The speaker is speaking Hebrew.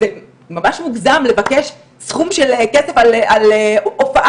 זה ממש מוגזם לבקש סכום של כסף על הופעה.